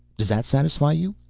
does that satisfy you?